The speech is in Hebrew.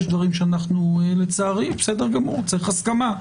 יש דברים שצריך הסכמה,